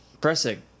Pressing